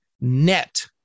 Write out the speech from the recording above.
net